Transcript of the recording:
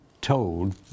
told